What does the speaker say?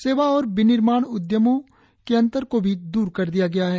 सेवा और विनिर्माण उदयमों के अंतर को भी दूर कर दिया गया है